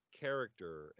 Character